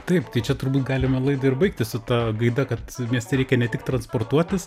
taip tai čia turbūt galime laidą ir baigti su ta gaida kad mieste reikia ne tik transportuotis